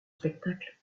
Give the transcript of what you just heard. spectacles